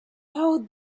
will